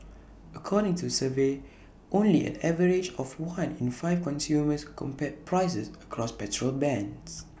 according to the survey only an average of one in five consumers compared prices across petrol brands